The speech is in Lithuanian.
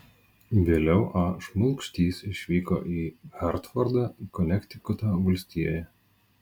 vėliau a šmulkštys išvyko į hartfordą konektikuto valstijoje